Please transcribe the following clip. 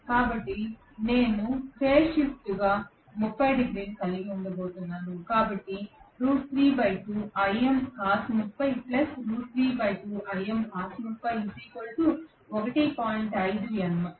కాబట్టి నేను ఫేజ్ షిఫ్ట్గా 30 డిగ్రీలు కలిగి ఉండబోతున్నాను కాబట్టి